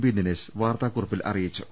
P Dinesh വാർത്താക്കുറിപ്പിൽ അറി യിച്ചു